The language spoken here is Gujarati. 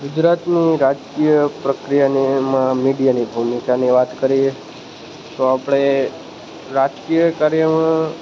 ગુજરાતની રાજકીય પ્રક્રિયાની એમાં મીડિયાની ભૂમિકાની વાત કરીએ તો આપણે રાજકીય કાર્ય